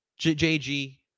JG